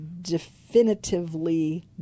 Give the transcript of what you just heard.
definitively